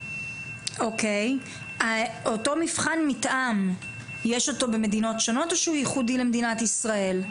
יש את אותו מבחן מתאם במדינות שונות או שהוא ייחודי למדינת ישראל?